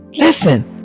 listen